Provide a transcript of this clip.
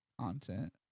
content